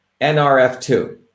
NRF2